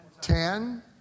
Ten